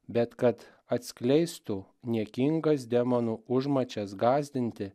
bet kad atskleistų niekingas demonų užmačias gąsdinti